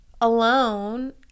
alone